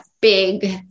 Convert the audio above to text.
big